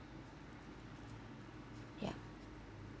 yup